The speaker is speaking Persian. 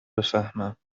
بفهمم